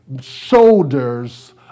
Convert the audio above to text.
shoulders